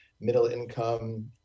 middle-income